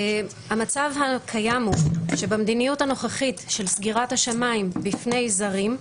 המצב הקיים הוא שבמדיניות הנוכחית של סגירת השמיים בפני זרים,